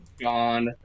gone